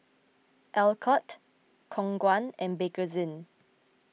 Alcott Khong Guan and Bakerzin